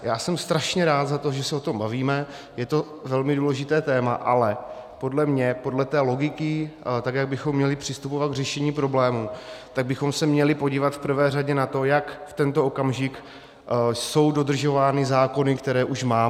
Já jsem strašně rád za to, že se o tom bavíme, je to velmi důležité téma, ale podle mě, podle té logiky, tak jak bychom měli přistupovat k řešení problému, tak bychom se měli podívat v prvé řadě na to, jak v tento okamžik jsou dodržovány zákony, které už máme.